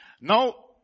Now